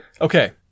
Okay